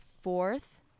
fourth